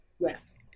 yes